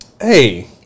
Hey